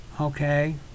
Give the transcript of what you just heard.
okay